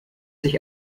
sich